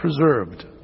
preserved